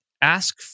Ask